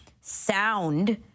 sound